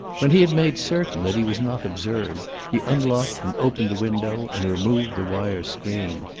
when he had made certain that he was not observed he unlocked and opened the window, and removed the wire screen.